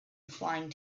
flying